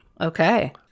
okay